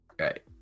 Right